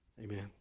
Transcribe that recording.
Amen